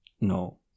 No